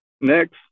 Next